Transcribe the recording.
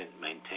maintain